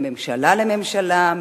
מממשלה לממשלה,